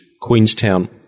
Queenstown